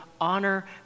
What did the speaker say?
honor